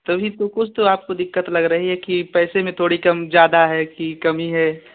तभी तो ही तो कुछ तो आपको दिक़्क़त लग रही है कि पैसे में थोड़ी कम ज़्यादा है कि कमी है